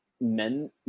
men